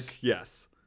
yes